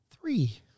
Three